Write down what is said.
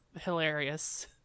hilarious